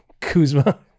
Kuzma